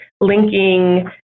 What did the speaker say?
linking